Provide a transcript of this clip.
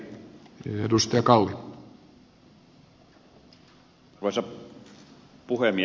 arvoisa puhemies